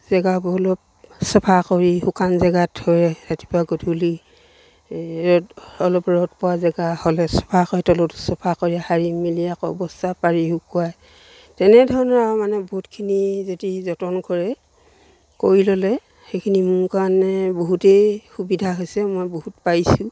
জেগাবোৰ অলপ চফা কৰি শুকান জেগাত থৈ ৰাতিপুৱা গধূলি এই ৰ'দ অলপ ৰ'দ পোৱা জেগা হ'লে চফা কৰে তলতো চফা কৰি সাৰি মেলি আকৌ বস্তা পাৰি শুকুৱাই তেনেধৰণৰ আৰু মানে বহুতখিনি যদি যতন কৰে কৰি ল'লে সেইখিনি মোৰ কাৰণে বহুতেই সুবিধা হৈছে মই বহুত পাইছোঁ